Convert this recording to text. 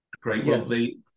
Great